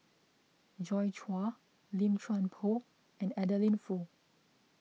Joi Chua Lim Chuan Poh and Adeline Foo